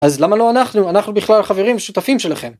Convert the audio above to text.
אז למה לא אנחנו, אנחנו בכלל חברים שותפים שלכם.